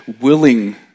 willing